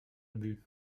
ubu